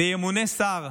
וימונה שר